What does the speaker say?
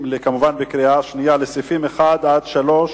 בקריאה שנייה על סעיפים 1 3,